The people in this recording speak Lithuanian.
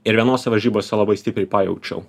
ir vienose varžybose labai stipriai pajaučiau